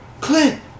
Clint